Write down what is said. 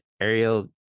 Ariel